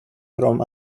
from